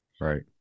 Right